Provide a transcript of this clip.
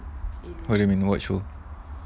what do you mean what show